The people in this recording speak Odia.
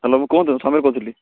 ହ୍ୟାଲୋ ମୁଁ କୁହନ୍ତୁ ସମୀର୍ କହୁଥିଲି